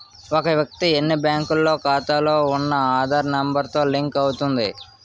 ఒక వ్యక్తి ఎన్ని బ్యాంకుల్లో ఖాతాలో ఉన్న ఆధార్ నెంబర్ తో లింక్ అవుతుంది